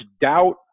doubt